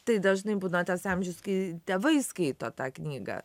tai dažnai būna tas amžius kai tėvai skaito tą knygą